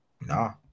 No